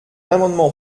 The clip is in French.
amendement